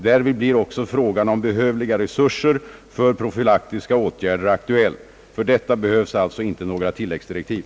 Därvid blir också frågan om behövliga resurser för profylaktiska åtgärder aktuell. För detta behövs alltså inte några tilläggsdirektiv.